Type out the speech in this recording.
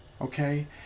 okay